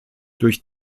durch